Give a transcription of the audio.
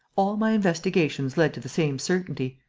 all my investigations led to the same certainty.